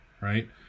right